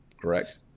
correct